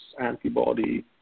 antibody